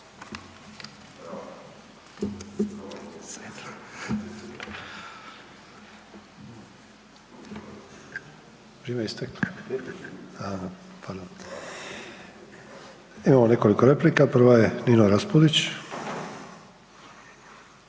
Imamo nekoliko replika, prva je Nino Raspudić.